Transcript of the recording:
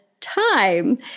time